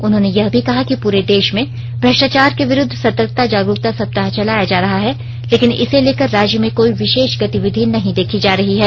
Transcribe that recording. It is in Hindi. उन्होंने यह भी कहा कि पूरे देश में भ्रष्टाचार के विरुद्ध सतर्कता जागरुकता सप्ताह चलाया जा रहा है लेकिन इसे लेकर राज्य में कोई विशेष गतिविधि नहीं देखी जा रही है